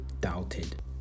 Doubted